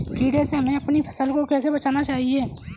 कीड़े से हमें अपनी फसल को कैसे बचाना चाहिए?